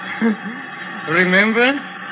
Remember